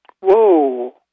Whoa